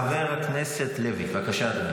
חבר הכנסת לוי, בבקשה.